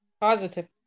Positive